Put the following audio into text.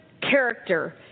character